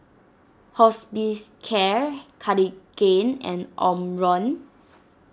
Hospicare Cartigain and Omron